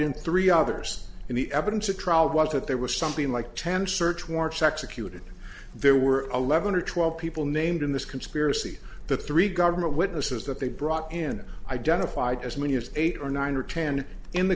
in three others and the evidence at trial was that there was something like ten search warrants executed there were eleven or twelve people named in this conspiracy the three government witnesses that they brought in identified as many as eight or nine ten in the